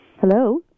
Hello